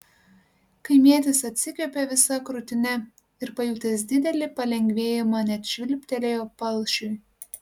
kaimietis atsikvėpė visa krūtine ir pajutęs didelį palengvėjimą net švilptelėjo palšiui